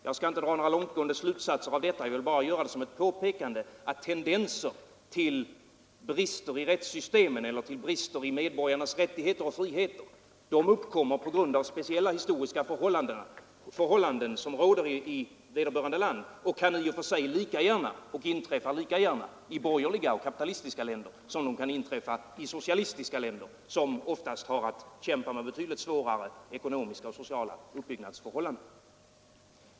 Jag skall inte dra några långtgående slutsatser av detta utan vill bara påpeka att tendensen till brister i rättssystemen eller i medborgarnas friheter och rättigheter uppkommer på grund av speciella historiska förhållanden i vederbörande land och kan i och för sig lika gärna inträffa i borgerliga och kapitalistiska länder som i socialistiska länder, som oftast har att kämpa med betydligt svårare ekonomiska och sociala uppbyggnadsförhållanden.